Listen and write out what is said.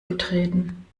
getreten